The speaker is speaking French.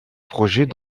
projets